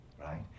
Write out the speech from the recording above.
right